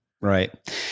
Right